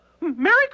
Merry